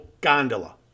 gondola